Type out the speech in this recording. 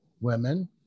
women